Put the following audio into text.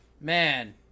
Man